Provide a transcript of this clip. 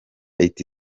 iti